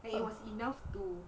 like it was enough to